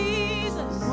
Jesus